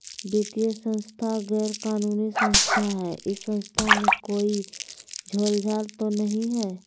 वित्तीय संस्था गैर कानूनी संस्था है इस संस्था में कोई झोलझाल तो नहीं है?